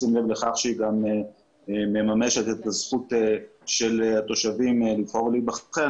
בשים לב לכך שהיא גם מממשת את הזכות של התושבים לבחור ולהיבחר,